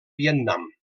vietnam